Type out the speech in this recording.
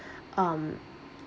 um